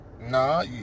Nah